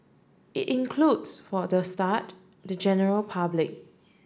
it includes for the start the general public